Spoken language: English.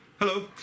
Hello